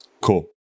Cool